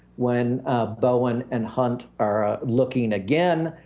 when bowen and hunt are looking again,